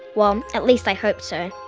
well, at least i hope so.